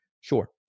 Sure